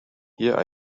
here